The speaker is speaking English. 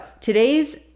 today's